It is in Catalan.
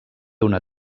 una